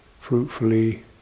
fruitfully